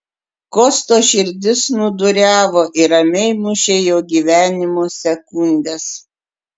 kosto širdis snūduriavo ir ramiai mušė jo gyvenimo sekundes